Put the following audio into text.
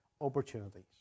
opportunities